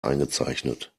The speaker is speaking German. eingezeichnet